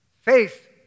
Faith